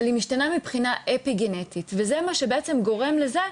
אבל היא משתנה מבחינה אפי-גנטית וזה מה שבעצם גורם לזה,